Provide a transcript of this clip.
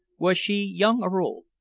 was she young or old?